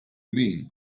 mean